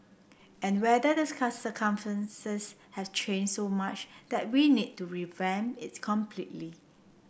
and whether the have change so much that we need to revamp it's completely